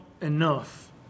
enough